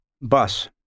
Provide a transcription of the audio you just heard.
Bus